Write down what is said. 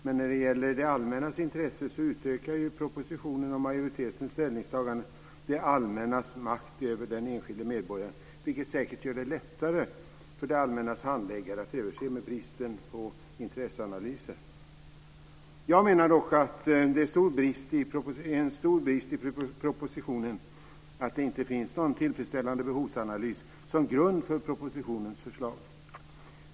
Men när det gäller det allmännas intresse utökar propositionen och majoritetens ställningstaganden det allmännas makt över den enskilde medborgaren, vilket säkert gör det lättare för det allmännas handläggare att överse med bristen på intresseanalyser. Jag menar dock att det är en stor brist i propositionen att det inte finns någon tillfredsställande behovsanalys som grund för propositionens förslag.